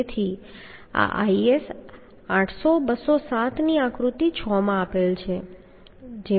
તેથી આ IS 800 2007 ની આકૃતિ 6 માં આપેલ છે